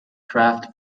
draft